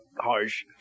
harsh